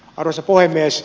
arvoisa puhemies